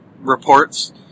reports